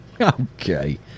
Okay